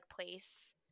place